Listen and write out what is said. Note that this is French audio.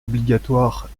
obligatoires